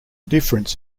difference